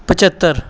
ਪਝੱਤਰ